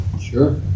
Sure